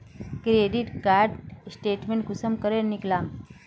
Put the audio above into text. Credit card statement कुंसम करे निकलाम?